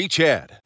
Chad